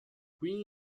qui